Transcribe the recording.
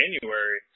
January